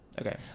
Okay